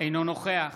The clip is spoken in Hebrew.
אינו נוכח